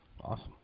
Awesome